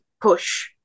push